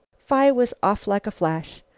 phi was off like a flash.